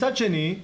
מצד שני,